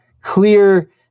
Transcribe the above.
clear